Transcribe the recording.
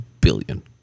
billion